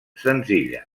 senzilla